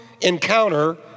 encounter